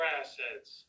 assets